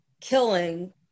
killing